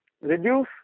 reduce